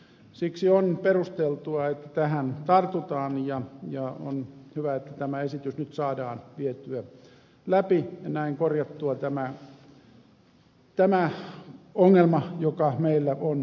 siksi on perusteltua että tähän tartutaan ja on hyvä että tämä esitys nyt saadaan vietyä läpi ja näin korjattua tämä ongelma joka meillä on olemassa